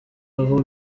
aho